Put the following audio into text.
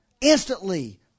Instantly